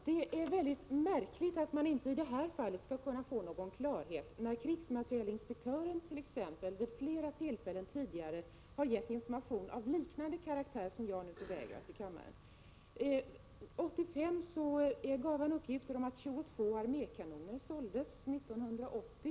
Herr talman! Det är mycket märkligt att man inte skall kunna få någon klarhet, när krigsmaterielinspektören vid flera tillfällen tidigare givit information av liknande karaktär som jag nu vägras att få. År 1985 gav krigsmaterielinspektören uppgifter om att 22 armékanoner sålts 1980.